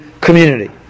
community